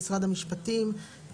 המשפטים,